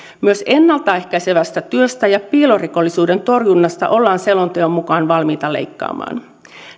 myös ennalta ehkäisevästä työstä ja piilorikollisuuden torjunnasta ollaan selonteon mukaan valmiita leikkaamaan